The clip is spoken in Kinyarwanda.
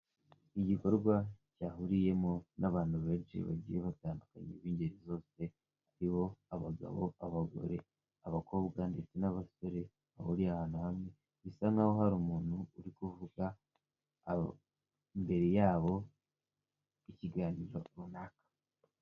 Igikorwa cyahuriyemo n'abantu benshi bagiye batandukanye b'ingeri zose ari bo abagabo, abagore, abakobwa ndetse n'abasore bahuriye ahantu hamwe, bisa nkaho hari umuntu urivuga imbere yabo ikiganiro runaka.